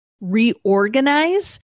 reorganize